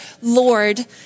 Lord